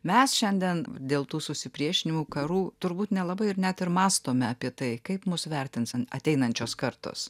mes šiandien dėl tų susipriešinimų karų turbūt nelabai ir net ir mąstome apie tai kaip mus vertins ateinančios kartos